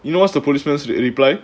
you know what's the policeman's to reply